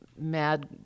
mad